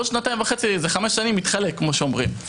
ועוד שנתיים וחצי זה חמש שנים מתחלק כמו שאומרים.